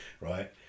right